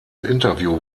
interview